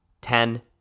Ten